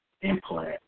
implant